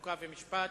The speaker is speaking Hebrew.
חוק ומשפט.